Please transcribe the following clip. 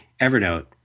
Evernote